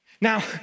Now